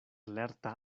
lerta